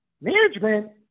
management